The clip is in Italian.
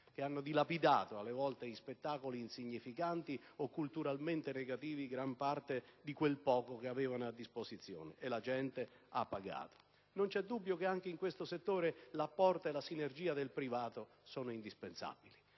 che hanno dilapidato a volte in spettacoli insignificanti o culturalmente negativi gran parte di quel poco che avevano a disposizione e la gente ha pagato. Non c'è dubbio che anche in questo settore l'apporto e la sinergia del privato sono indispensabili,